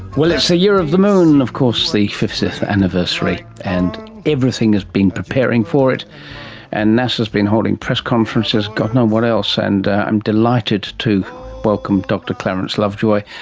it's the year of the moon, of course the fiftieth anniversary and everything has been preparing for it and nasa's been holding press conferences, god knows what else! and i'm delighted to welcome dr clarence lovejoy.